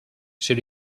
she